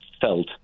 felt